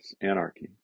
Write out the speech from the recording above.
anarchy